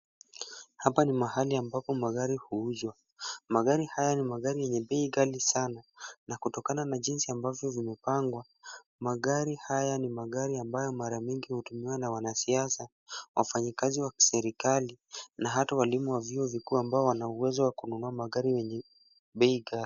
Hapa ni mahali ambapo magari huuzwa, Magari haya ni magari yenye bei gali sana, na kutokana na jinsi ambavyo vimepangwa, magari haya ni magari ambayo mara mingi hutumiwa na wanasiasa, wafanyikazi wa serikali, na hata walimu wa vyo vikuu ambao wanaweza wakununua magari yenye bei gali.